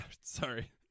Sorry